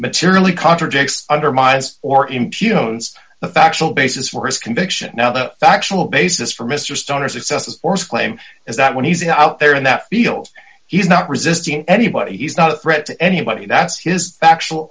materially contradicts under my eyes or impugns the factual basis for his conviction now the factual basis for mr stoner's excessive force claim is that when he's out there in that field he's not resisting anybody he's not a threat to anybody that's his actual